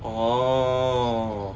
orh